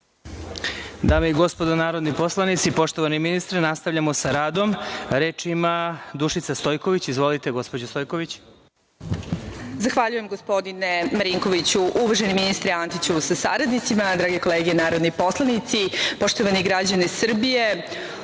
Dame i gospodo narodni poslanici, poštovani ministre, nastavljamo sa radom. Reč ima Dušica Stojković. Izvolite, gospođo Stojković. **Dušica Stojković** Zahvaljujem, gospodine Marinkoviću. Uvaženi ministre Antiću, sa saradnicima, drage kolege narodni poslanici, poštovani građani Srbije,